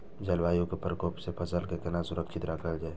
जलवायु के प्रकोप से फसल के केना सुरक्षित राखल जाय छै?